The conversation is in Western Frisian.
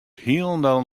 hielendal